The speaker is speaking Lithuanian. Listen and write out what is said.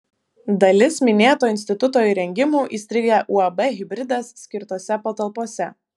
dalis minėto instituto įrengimų įstrigę uab hibridas skirtose patalpose